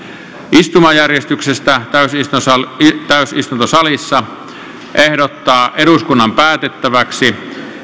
istumajärjestyksestä täysistuntosalissa täysistuntosalissa ehdottaa eduskunnan päätettäväksi